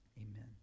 amen